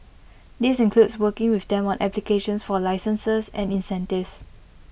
this includes working with them on applications for licenses and incentives